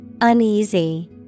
Uneasy